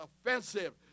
offensive